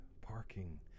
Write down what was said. parking